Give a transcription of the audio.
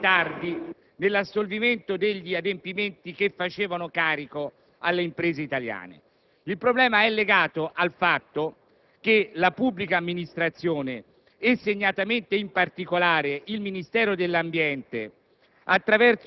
a ritardi nell'assolvimento degli adempimenti che facevano carico alle imprese italiane, ma al fatto che la pubblica amministrazione e segnatamente il Ministero dell'ambiente,